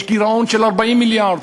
יש גירעון של 40 מיליארד.